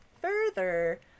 further